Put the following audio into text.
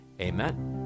Amen